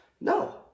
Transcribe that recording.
No